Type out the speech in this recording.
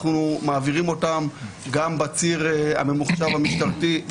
אנחנו מעבירים אותן גם בציר הממוחשב המשטרתי,